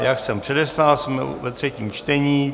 Jak jsem předeslal, jsme ve třetím čtení.